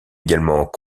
également